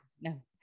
No